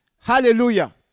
Hallelujah